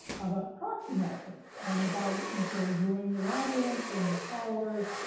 about perk symmetrix, and about you go growing your audience, growing your followers,